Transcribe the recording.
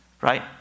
right